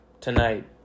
tonight